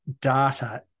data